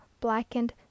blackened